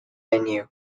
venue